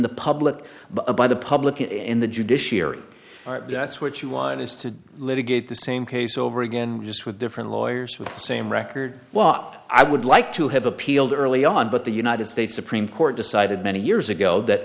the public but by the public in the judiciary that's what you want is to litigate the same case over again just with different lawyers with the same record what i would like to have appealed early on but the united states supreme court decided many years ago that